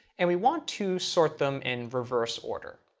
and we want to sort them in reverse order.